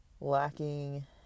lacking